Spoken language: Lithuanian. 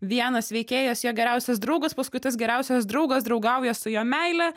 vienas veikėjas jo geriausias draugas paskui tas geriausias draugas draugauja su jo meile